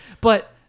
But-